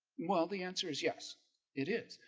well the answer is yes it is.